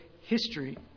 history